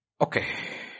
Okay